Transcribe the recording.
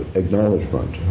acknowledgement